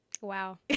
Wow